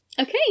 Okay